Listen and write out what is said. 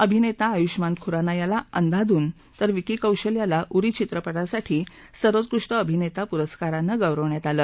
अभिनत्ती आयुष्यमान खुराना याला अंदाधुंन तर विकी कौशल याला उरी चित्रपटासाठी सर्वोत्कृष्ट अभिनत्ती पुरस्कारानं गौरवण्यात आलं